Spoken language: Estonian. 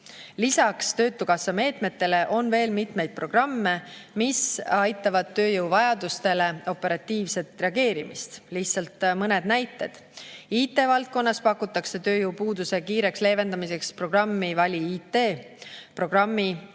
Lisaks töötukassa meetmetele on veel mitmeid programme, mis aitavad tööjõu vajadustele operatiivselt reageerida. Lihtsalt mõned näited. IT-valdkonnas pakutakse tööjõupuuduse kiireks leevendamiseks programmi "Vali IT". Programmi